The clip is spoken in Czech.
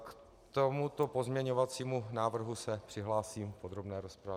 K tomuto pozměňovacímu návrhu se přihlásím v podrobné rozpravě.